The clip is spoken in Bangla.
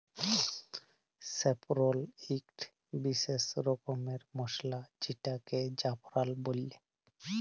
স্যাফরল ইকট বিসেস রকমের মসলা যেটাকে জাফরাল বল্যে